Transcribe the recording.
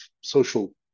social